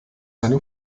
seine